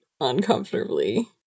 uncomfortably